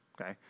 Okay